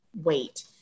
wait